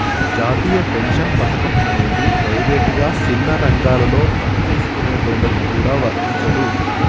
జాతీయ పెన్షన్ పథకం అనేది ప్రైవేటుగా సిన్న రంగాలలో పనిచేసుకునేటోళ్ళకి గూడా వర్తించదు